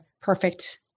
perfect –